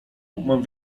mam